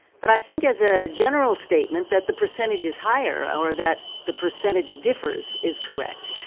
but i think as a general statement, that the percentage is higher or that the percentage differs is correct.